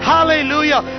Hallelujah